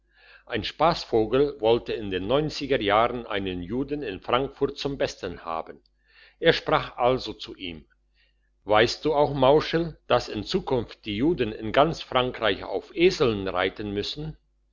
ein spassvogel wollte in den neunziger jahren einen juden in frankfurt zum besten haben er sprach also zu ihm weisst du auch mauschel dass in zukunft die juden in ganz frankreich auf eseln reiten müssen